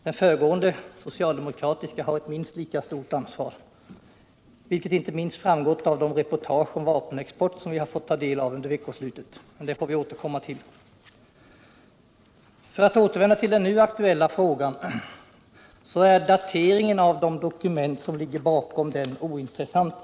Den föregående, socialdemokratiska, regeringen har ett minst lika stort ansvar, vilket klart framgått av de reportage om vapenexport som vi fått ta del av under veckoslutet. Men det får vi återkomma till. För att återvända till den nu aktuella frågan kan man konstatera att dateringen av de dokument som ligger bakom är ointressant.